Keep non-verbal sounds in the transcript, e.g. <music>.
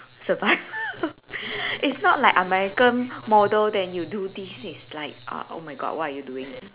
survivor <laughs> it's not like American model then you do this it's like uh oh my god what are you doing